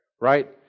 right